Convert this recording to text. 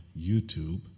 YouTube